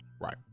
Right